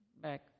back